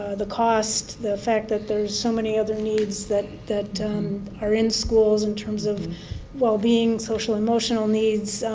the cost, the fact that there's so many other needs that that are in schools in terms of well-being, social, emotional needs,